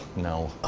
no. ah